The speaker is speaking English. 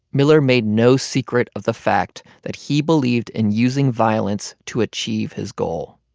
miller made no secret of the fact that he believed in using violence to achieve his goal.